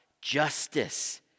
Justice